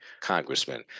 congressman